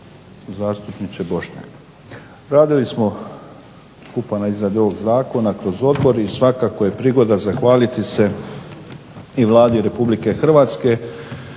zastupniče Bošnjak, radili smo na ovom zakonu skupa kroz odbor i svakako je prigoda zahvaliti se i Vladi Republike Hrvatske